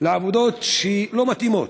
לעבודות שלא מתאימות.